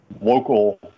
local